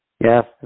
Yes